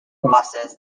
process